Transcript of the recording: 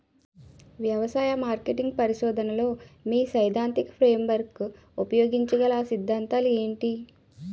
వ్యవసాయ మార్కెటింగ్ పరిశోధనలో మీ సైదాంతిక ఫ్రేమ్వర్క్ ఉపయోగించగల అ సిద్ధాంతాలు ఏంటి?